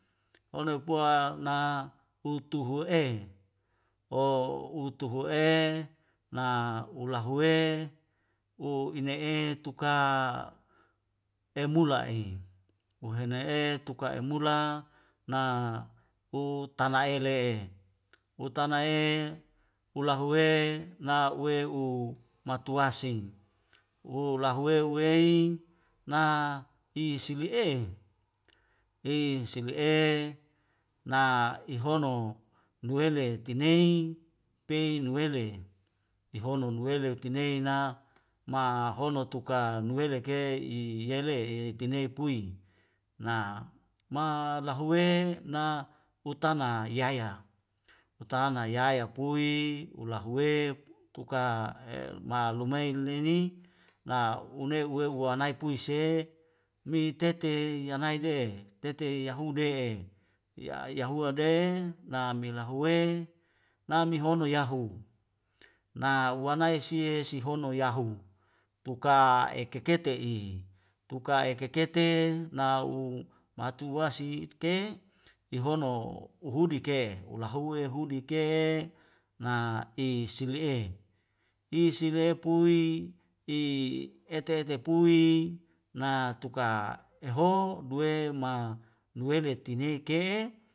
Hono pua na hutu hu'e o hutu hu'e na ulahuwe u ine'e tuka emula'i uhena'e tuka emula na hutana'ele hutana e hulahuwe na uwe u matuasi u lahuwei uwei na isili'e isili'e na ihono nuwele tinei pei nuwele ihono nuweli utinei na ma hono tuka nuwele ke i yele e tinei pui. na ma lahuwe na hutana yaya hutana yaya pui ulahuwe tuka e ma lumei lili na unei uwei uwanai pui se mi tete ya naide tete yahude ya yahuwa de lamila huwei lamihono yahu na uwanai sie si hono yahu tuka e kekete i tuka e kekete na'u matuwasi ke ihono hudi ke ulahuwe hudi ke na'i sile'e isile'e pui i ete ete pui na tuka eho duwe ma nuwele tineke